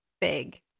big